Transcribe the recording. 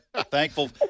Thankful